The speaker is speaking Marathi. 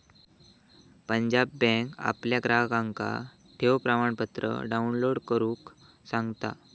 पंजाब बँक आपल्या ग्राहकांका ठेव प्रमाणपत्र डाउनलोड करुक सांगता